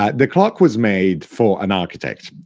ah the clock was made for an architect.